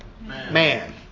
man